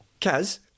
Kaz